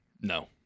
No